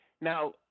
Now